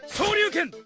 shoryuken.